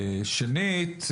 שנית,